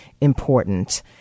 important